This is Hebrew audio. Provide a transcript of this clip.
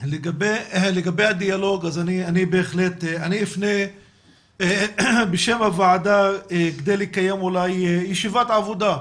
לגבי הדיאלוג אני אפנה בשם הוועדה כדי לקיים ישיבת עבודה,